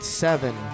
seven